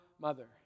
mother